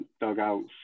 dugouts